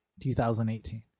2018